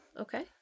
Okay